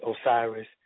Osiris